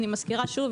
אני מזכירה שוב,